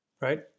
right